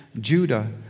Judah